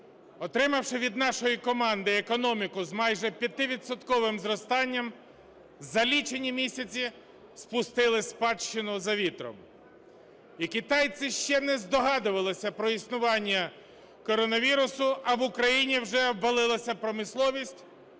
Отримавши від нашої команди економіку з майже 5-відсотковим зростанням, за лічені місяці спустили спадщину за вітром. І китайці ще не здогадувалися про існування коронавірусу, а в Україні вже обвалилась промисловість,